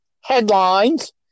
headlines